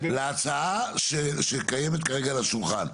להצעה שקיימת כרגע על השולחן,